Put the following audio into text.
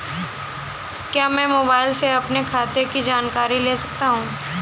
क्या मैं मोबाइल से अपने खाते की जानकारी ले सकता हूँ?